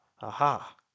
Aha